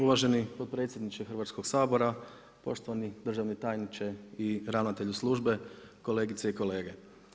Uvaženi potpredsjedniče Hrvatskog sabora, poštovani državni tajniče i ravnatelju službe, kolegice i kolege.